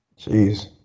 Jeez